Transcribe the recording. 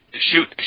shoot